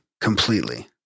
completely